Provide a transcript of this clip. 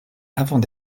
avant